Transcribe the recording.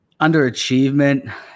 Underachievement